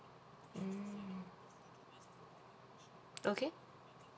mm okay